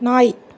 நாய்